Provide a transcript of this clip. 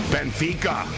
Benfica